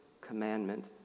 commandment